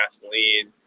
gasoline